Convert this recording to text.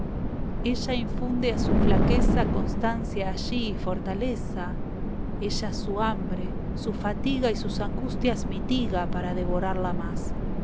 ella infunde a su flaqueza la cautiva constancia allí y fortaleza ella su hambre su fatiga y sus angustias mitiga para devorarla más